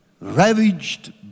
ravaged